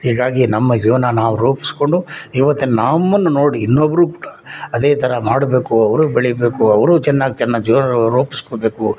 ಹೀಗಾಗಿ ನಮ್ಮ ಜೀವನ ನಾವು ರೂಪಿಸ್ಕೊಂಡು ಈವತ್ತು ನಮ್ಮನ್ನ ನೋಡಿ ಇನ್ನೊಬ್ಬರು ಕೂಡ ಅದೇ ಥರ ಮಾಡಬೇಕು ಅವರು ಬೆಳಿಬೇಕು ಅವರು ಚೆನ್ನಾಗಿ ಚೆನ್ನ ಜೀವನ ರೂಪಿಸ್ಕೊಳ್ಬೇಕು